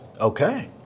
Okay